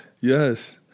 yes